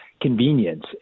convenience